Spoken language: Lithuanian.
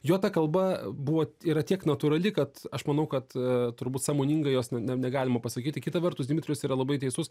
jo ta kalba buvo yra tiek natūrali kad aš manau kad turbūt sąmoningai jos ne negalima pasakyti kita vertus dmitrijus yra labai teisus